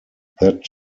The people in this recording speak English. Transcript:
that